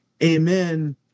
Amen